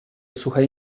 suchej